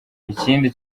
ikindi